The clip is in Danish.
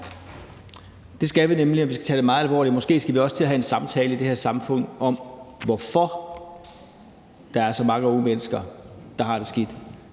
Det skal vi nemlig. Vi skal tage det meget alvorligt. Måske skal vi også til at have en samtale i det her samfund om, hvorfor der er så mange unge, der har det skidt.